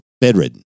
bedridden